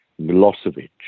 Milosevic